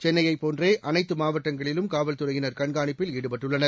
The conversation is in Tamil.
சென்னையப் போன்றே அனைத்து மாவட்டங்களிலும் காவல்துறையினர் கண்காணிப்பில் ஈடுபட்டுள்ளனர்